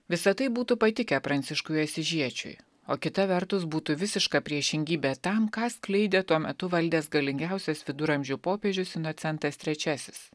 visa tai būtų patikę pranciškui asyžiečiui o kita vertus būtų visiška priešingybė tam ką skleidė tuo metu valdęs galingiausias viduramžių popiežius inocentas trečiasis